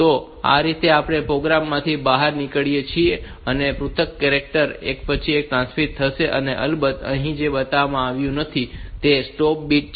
તો આ રીતે આપણે આ પ્રોગ્રામ માંથી બહાર નીકળી શકીએ છીએ અને આ પૃથક કેરેક્ટર એક પછી એક ટ્રાન્સમિટ થશે અને અલબત્ત અહીં જે બતાવવામાં આવ્યું નથી તે સ્ટોપ બીટ છે